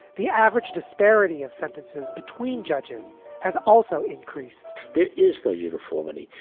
the average disparity of sentences between judges has also increased there is, though, uniformity.